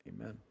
amen